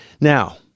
Now